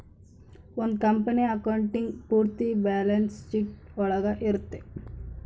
ಒಂದ್ company accounting ಪೂರ್ತಿ balance sheet ಒಳಗ ಇರುತ್ತೆ